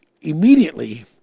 immediately